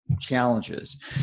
challenges